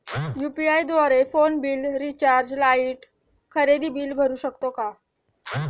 UPI द्वारे phone bill, recharge, light, खरेदी bill भरू शकतो का?